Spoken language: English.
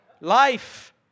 Life